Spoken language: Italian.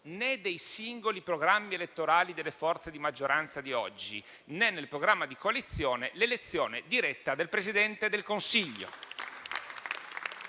né dei singoli programmi elettorali delle forze di maggioranza di oggi, né nel programma di coalizione, l'elezione diretta del Presidente del Consiglio